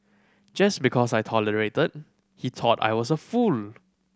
just because I tolerated he thought I was a fool